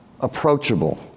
approachable